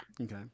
Okay